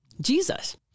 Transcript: Jesus